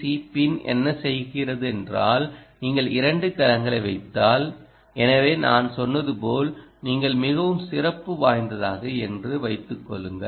C பின் என்ன செய்கிறதென்றால் நீங்கள் 2 கலங்களை வைத்தால் எனவே நான் சொன்னது போல் நீங்கள் மிகவும் சிறப்பு வாய்ந்ததாக என்று வைத்துக் கொள்ளுங்கள்